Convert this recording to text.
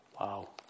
Wow